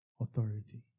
authority